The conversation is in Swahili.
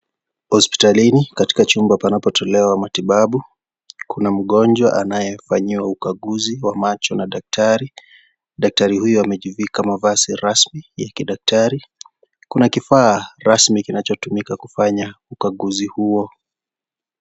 Hospitalini katika chumba panapotolewa matibabu. Kuna mgonjwa anayefanyiwa ukaguzi wa macho na daktari. Daktari huyu amejivika mavazi rasmi ya kidaktari. Kuna kifaa rasmi kinachotumika kufanya ukaguzi huo.